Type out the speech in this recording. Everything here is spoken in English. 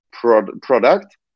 product